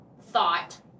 thought